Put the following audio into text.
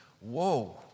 Whoa